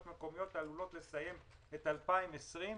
מקומיות עלולות לסיים את שנת 2020,